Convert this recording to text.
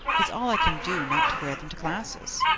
it's all i can do not to wear them to classes.